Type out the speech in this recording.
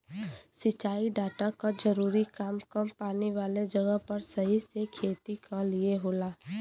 सिंचाई डाटा क जरूरी काम कम पानी वाले जगह पर सही से खेती क लिए होला